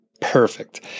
Perfect